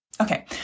Okay